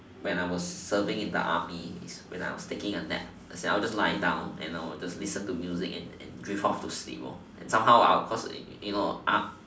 when I was serving in the army when I was taking a nap I just lie down and I would just listen to music and drift off to sleep and somehow I'll because you know